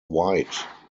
white